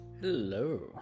Hello